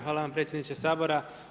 Hvala vam predsjedniče sabora.